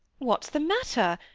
what's the matter?